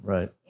Right